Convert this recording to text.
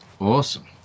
Awesome